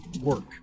work